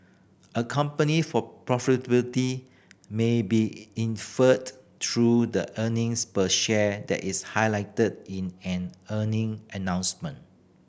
a company for profitability may be inferred through the earnings per share that is highlighted in an earning announcement